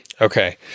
Okay